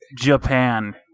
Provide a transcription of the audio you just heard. Japan